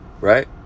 right